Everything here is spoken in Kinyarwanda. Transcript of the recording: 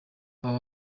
aha